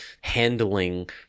handling